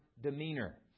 demeanor